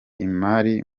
imari